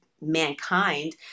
mankind